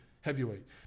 heavyweight